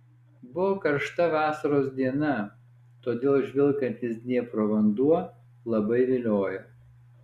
buvo karšta vasaros diena todėl žvilgantis dniepro vanduo labai viliojo